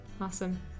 awesome